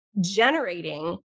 generating